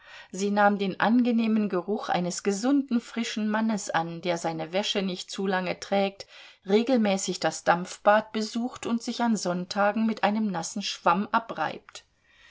sie nahm den angenehmen geruch eines gesunden frischen mannes an der seine wäsche nicht zu lange trägt regelmäßig das dampfbad besucht und sich an sonntagen mit einem nassen schwamm abreibt